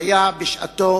שהיה בשעתו